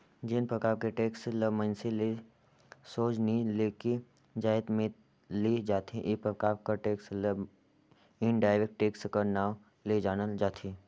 जेन परकार के टेक्स ल मइनसे ले सोझ नी लेके जाएत में ले जाथे ए परकार कर टेक्स ल इनडायरेक्ट टेक्स कर नांव ले जानल जाथे